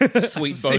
sweet